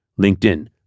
LinkedIn